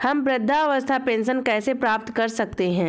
हम वृद्धावस्था पेंशन कैसे प्राप्त कर सकते हैं?